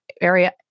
area